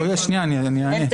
שנייה, אני אענה.